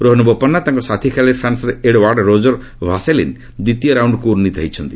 ରୋହନ୍ ବୋପନ୍ନା ତାଙ୍କ ସାଥୀ ଖେଳାଳି ଫ୍ରାନ୍ସର ଏଡୋୱାର୍ଡ ରୋକର ଭାସେଲିନ୍ ଦ୍ୱିତୀୟ ରାଉଣ୍ଡକୁ ଉନ୍ନିତ ହୋଇଛନ୍ତି